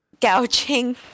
gouging